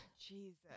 Jesus